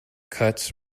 cuts